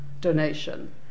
donation